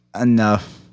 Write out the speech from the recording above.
enough